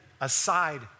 aside